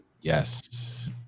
Yes